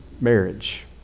marriage